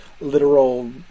literal